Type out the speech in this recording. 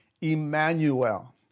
Emmanuel